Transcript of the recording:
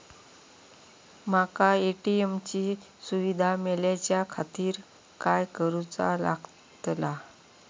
माका ए.टी.एम ची सुविधा मेलाच्याखातिर काय करूचा लागतला?